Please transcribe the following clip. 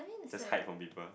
just hide from people